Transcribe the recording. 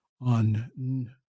on